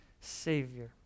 Savior